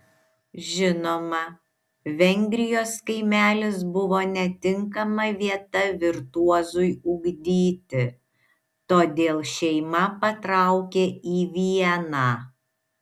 žinoma vengrijos kaimelis buvo netinkama vieta virtuozui ugdyti todėl šeima patraukė į vieną